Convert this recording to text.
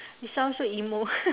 you sound so emo